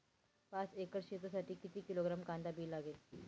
पाच एकर शेतासाठी किती किलोग्रॅम कांदा बी लागेल?